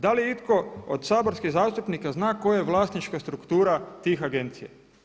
Da li je itko od saborskih zastupnika zna koja je vlasnička struktura tih agencija?